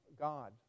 God